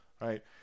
right